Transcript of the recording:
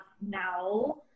now